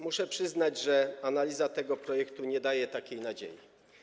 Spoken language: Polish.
Muszę powiedzieć, że analiza tego projektu nie daje takiej nadziei.